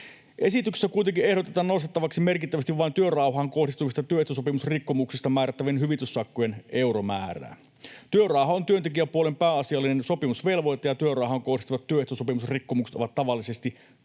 Esityksessä kuitenkin ehdotetaan nostettavaksi merkittävästi vain työrauhaan kohdistuvista työehtosopimusrikkomuksista määrättävien hyvityssakkojen euromäärää. Työrauha on työntekijäpuolen pääasiallinen sopimusvelvoite, ja työrauhaan kohdistuvat työehtosopimusrikkomukset ovat tavallisesti